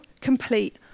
complete